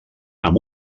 amb